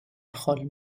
خال